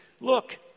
look